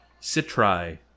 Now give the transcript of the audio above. citri